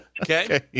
Okay